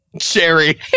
Cherry